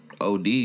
OD